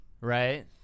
Right